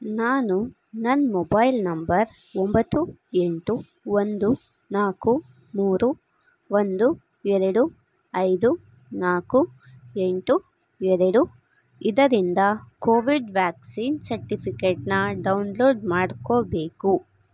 ನಾನು ನನ್ನ mobile number ಒಂಬತ್ತು ಎಂಟು ಒಂದು ನಾಲ್ಕು ಮೂರು ಒಂದು ಎರಡು ಐದು ನಾಲ್ಕು ಎಂಟು ಎರಡು ಇದರಿಂದ ಕೋವಿಡ್ ವ್ಯಾಕ್ಸಿನ್ ಸರ್ಟಿಫಿಕೇಟನ್ನ ಡೌನ್ಲೋಡ್ ಮಾಡ್ಕೋಬೇಕು